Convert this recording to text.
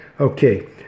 Okay